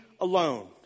alone